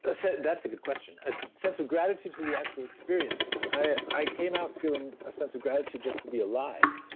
ah that's a good question. a sense of gratitude to the actual experience, i came out feeling a sense of gratitude just to be alive,